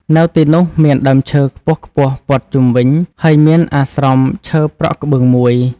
នៅទីនោះ មានដើមឈើខ្ពស់ៗព័ទ្ធជុំវិញ ហើយមានអាស្រមឈើប្រក់ក្បឿងមួយ។